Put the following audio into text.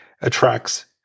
attracts